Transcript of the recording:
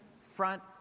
front